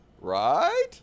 Right